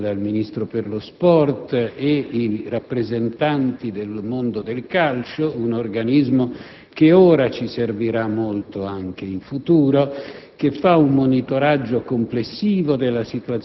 sono presenti altre amministrazioni, a partire dal Ministro per le attività sportive, e i rappresentanti del mondo calcio. È un organismo che ora ci servirà molto, anche per il futuro,